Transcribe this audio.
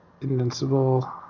Invincible